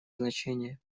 значение